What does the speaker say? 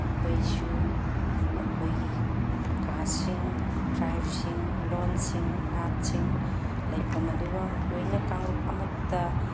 ꯃꯈꯣꯏꯁꯨ ꯃꯈꯣꯏꯒꯤ ꯀꯥꯥꯁꯁꯤꯡ ꯇ꯭ꯔꯥꯏꯞꯁꯤꯡ ꯂꯣꯟꯁꯤꯡ ꯅꯥꯠꯁꯤꯡ ꯂꯩꯐꯝ ꯑꯗꯨꯒ ꯂꯣꯏꯅ ꯀꯥꯡꯂꯨꯞ ꯑꯃꯠꯇ